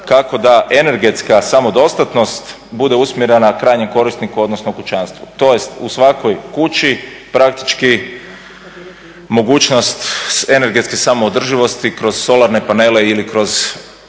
kako da energetska samodostatnost bude usmjerena krajnjem korisniku odnosno kućanstvu. To je u svakoj kući praktički mogućnosti energetske samoodrživosti kroz solarne panele ili kroz